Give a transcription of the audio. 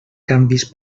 canvis